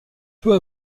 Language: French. peu